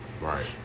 Right